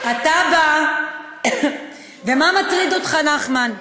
אתה בא, ומה מטריד אותך, נחמן?